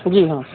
जी हॅं